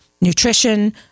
nutrition